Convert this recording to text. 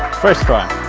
first try!